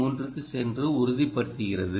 3 க்குச் சென்று உறுதிப்படுத்துகிறது